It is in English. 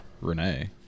Renee